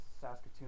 Saskatoon